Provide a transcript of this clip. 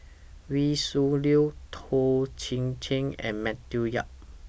Wee Shoo Leong Toh Chin Chye and Matthew Yap